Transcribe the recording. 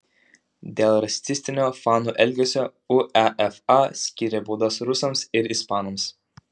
dėl rasistinio fanų elgesio uefa skyrė baudas rusams ir ispanams